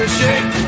shake